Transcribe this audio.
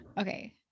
Okay